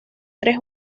tres